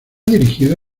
dirigido